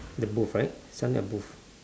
the booth right booth